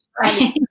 Right